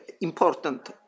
important